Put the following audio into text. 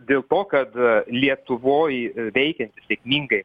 dėl to kad lietuvoj veikia sėkmingai